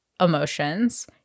emotions